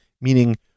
meaning